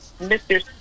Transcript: Mr